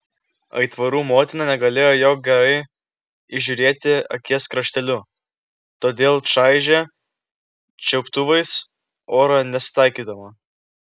aitvarų motina negalėjo jo gerai įžiūrėti akies krašteliu todėl čaižė čiuptuvais orą nesitaikydama